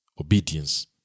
Obedience